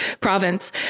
province